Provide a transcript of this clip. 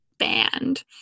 band